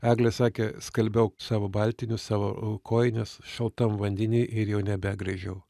eglė sakė skalbiau savo baltinius savo kojines šaltam vandeny ir jau nebegręžiau